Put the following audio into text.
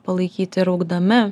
palaikyti ir augdami